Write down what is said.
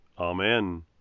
Amen